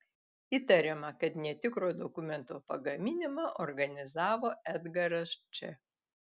įtariama kad netikro dokumento pagaminimą organizavo edgaras č